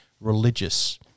religious